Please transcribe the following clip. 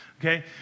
okay